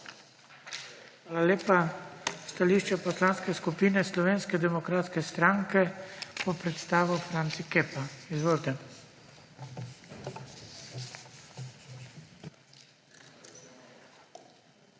Hvala lepa. Stališče Poslanske skupine Slovenske demokratske stranke bo predstavil Franci Kepa. Izvolite. FRANCI